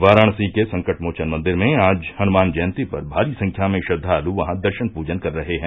वाराणसी के संकटमोचन मंदिर में आज हनुमान जयंती पर भारी संख्या में श्रद्वालु वहां दर्शन पूजन कर रहे हैं